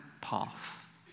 path